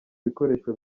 bikoresho